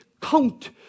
count